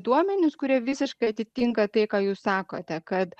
duomenis kurie visiškai atitinka tai ką jūs sakote kad